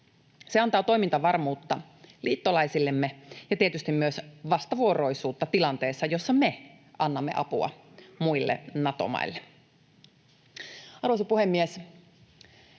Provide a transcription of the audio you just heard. Se antaa toimintavarmuutta liittolaisillemme ja tietysti myös vastavuoroisuutta tilanteessa, jossa me annamme apua muille Nato-maille. Arvoisa puhemies!